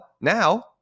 now